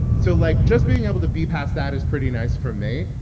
so, like, just being able to be passed that is pretty nice for me.